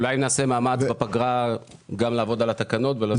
אולי נעשה מאמץ בפגרה גם לעבוד על התקנות.